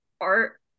art